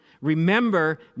Remember